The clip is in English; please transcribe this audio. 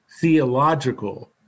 theological